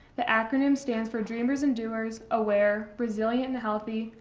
the acronym stands for dreamers and doers aware, resilient and healthy,